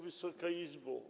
Wysoka Izbo!